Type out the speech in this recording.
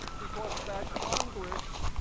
because that congress